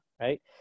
right